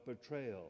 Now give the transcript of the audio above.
betrayal